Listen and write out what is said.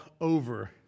over